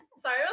sorry